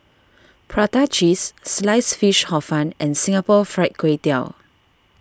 Prata Cheese Sliced Fish Hor Fun and Singapore Fried Kway Tiao